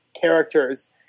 characters